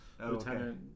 lieutenant